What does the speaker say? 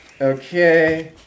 Okay